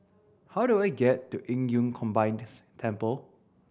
how do I get to Qing Yun Combined Temple